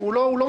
הוא לא מטרה.